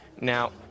now